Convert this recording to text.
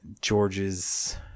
George's